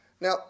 Now